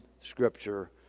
Scripture